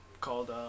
called